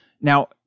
now